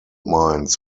mines